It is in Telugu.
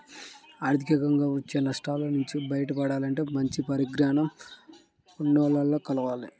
ఆర్థికంగా వచ్చే నష్టాల నుంచి బయటపడాలంటే మంచి పరిజ్ఞానం ఉన్నోల్లని కలవాలి